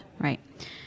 right